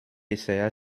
essaya